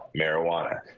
marijuana